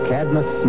Cadmus